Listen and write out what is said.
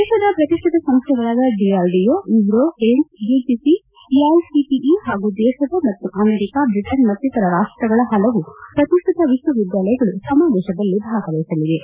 ದೇಶದ ಪ್ರತಿಷ್ಠಿತ ಸಂಸ್ಥೆಗಳಾದ DRDO ISRO AIIMS UGC AICTE ಹಾಗೂ ದೇಶದ ಮತ್ತು ಅಮೆರಿಕ ಬ್ರಿಟನ್ ಮತ್ತಿತರ ರಾಷ್ಟಗಳ ಹಲವು ಪ್ರತಿಷ್ಠಿತ ವಿಶ್ವವಿದ್ಯಾಲಯಗಳು ಸಮಾವೇಶದಲ್ಲಿ ಭಾಗವಹಿಸಲಿವೆ